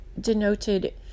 denoted